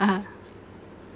(uh huh)